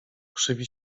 krzywi